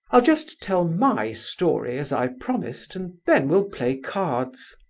i'll just tell my story, as i promised, and then we'll play cards.